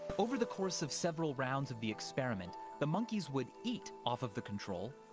over the course of several rounds of the experiment, the monkeys would eat off of the control,